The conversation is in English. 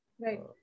Right